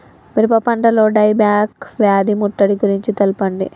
మిరప పంటలో die back వ్యాధి ముట్టడి గురించి తెల్పండి?